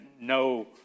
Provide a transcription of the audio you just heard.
no